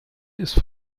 ist